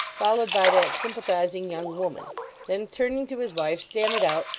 followed by that sympathising young woman then turning to his wife, stammered out,